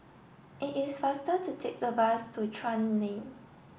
it is faster to take the bus to Chuan Lane